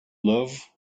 love